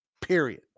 period